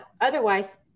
Otherwise